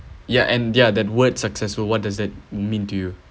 yeah and their that word successful what does that mean to you